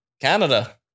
Canada